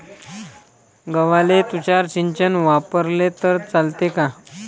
गव्हाले तुषार सिंचन वापरले तर चालते का?